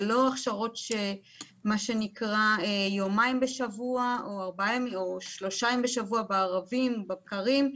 אלה לא הכשרות של יומיים בשבוע או שלושה ימים בשבוע בערבים או בבקרים.